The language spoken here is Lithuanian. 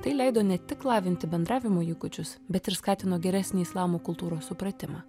tai leido ne tik lavinti bendravimo įgūdžius bet ir skatino geresnį islamo kultūros supratimą